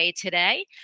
today